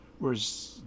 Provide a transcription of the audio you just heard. whereas